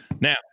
Now